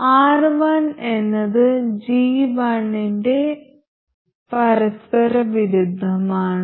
R1 എന്നത് G1 ന്റെ പരസ്പരവിരുദ്ധമാണ്